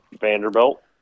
Vanderbilt